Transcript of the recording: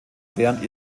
während